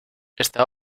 esta